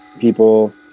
people